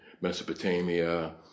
Mesopotamia